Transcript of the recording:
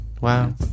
Wow